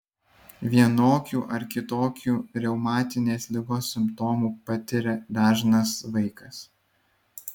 vienokių ar kitokių reumatinės ligos simptomų patiria dažnas vaikas